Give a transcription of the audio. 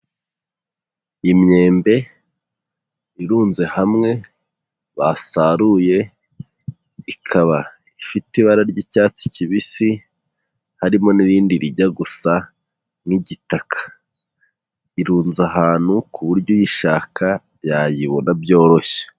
Imyembe irunze hamwe basaruye, ikaba ifite ibara ry'icyatsi kibisi, harimo n'irindi rijya gusa n'igitaka. Irunze ahantu, ku buryo uyishaka yayibona byoroshye.